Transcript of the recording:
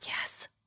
yes